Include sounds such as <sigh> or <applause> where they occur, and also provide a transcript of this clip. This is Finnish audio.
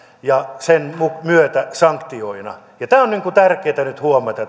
ja sen myötä sanktioina ja tämä on tärkeätä nyt huomata <unintelligible>